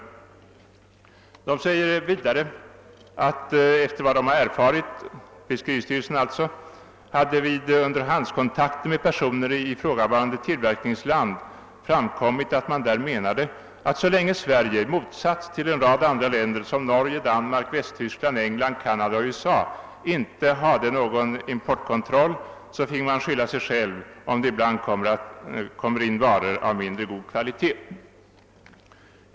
Fiskeristyrelsen säger vidare att det, enligt vad man erfarit, vid underhandskontakter med personer i ifrågavarande tillverkningsland hade framkommit att man där menade att så länge Sverie, i motsats till en rad andra länder som Norge, Danmark, Västtyskland, Eng land, Canada och USA, inte hade någon importkontroll finge vi skylla oss själva om det ibland kommer in varor av mindre god kvalitet.